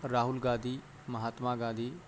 Rahul Gandhi Mahatma Gandhi